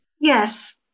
Yes